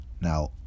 Now